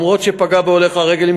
אף שפגע בהולך הרגל,